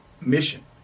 mission